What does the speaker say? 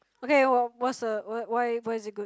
okay what what's the why why why is it good